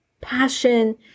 passion